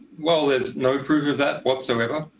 well, is no proof of that whatsoever.